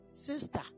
Sister